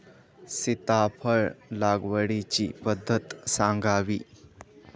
सीताफळ लागवडीची पद्धत सांगावी?